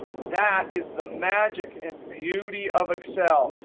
that is the magic and beauty of excel,